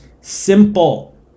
simple